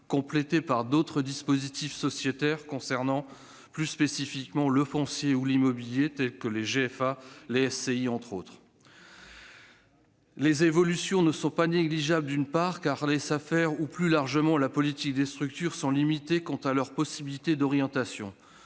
complétées par d'autres dispositifs sociétaires concernant plus spécifiquement le foncier et l'immobilier, tels que les GFA et les SCI, entre autres structures. Ces évolutions ne sont pas négligeables. D'une part, les Safer et, plus largement, la politique des structures sont limitées quant à leur possibilité d'orientation.